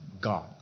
God